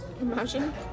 Imagine